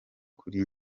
kuri